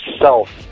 self